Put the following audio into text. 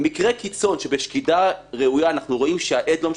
אולי קטונתי מלומר לוועדה אם הן רוצים להתערב